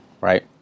right